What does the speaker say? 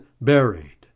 buried